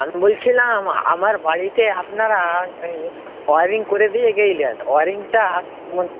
আমি বলছিলাম আমার বাড়িতে আপনারা ওয়ারিং করে দিয়ে গেলেন ওয়ারিংটা